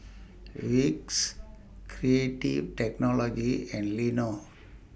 Vicks Creative Technology and